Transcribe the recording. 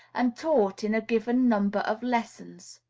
and taught in a given number of lessons.